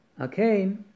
Okay